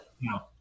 no